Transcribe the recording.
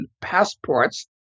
passports